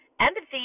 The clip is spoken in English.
Empathy